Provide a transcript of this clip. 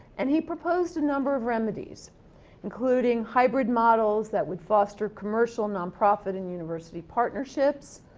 and, he proposed a number of remedies including hybrid models that would foster commercial non-profit and university partnerships,